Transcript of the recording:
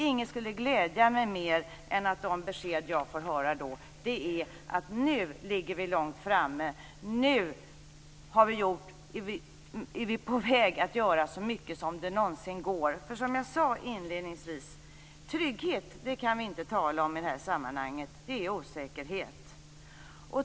Inget skulle glädja mig mer än att de besked jag får höra då är att vi nu ligger långt framme och att vi är på väg att göra så mycket som det någonsin går. Som jag sade inledningsvis: Trygghet kan vi inte tala om i det här sammanhanget. Det är osäkerhet.